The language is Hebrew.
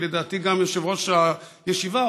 כי לדעתי גם יושב-ראש הישיבה,